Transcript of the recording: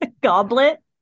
goblet